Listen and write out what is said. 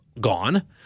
gone